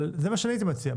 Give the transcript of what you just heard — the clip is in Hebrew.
זה מה שאני הייתי מציע.